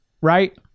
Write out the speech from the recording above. right